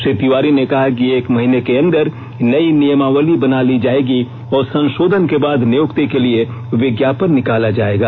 श्री तिवारी ने कहा कि एक महीने के अंदर नयी नियमावली बना ली जायेगी और संशोधन के बाद नियुक्ति के लिए विज्ञापन निकाला जायेगा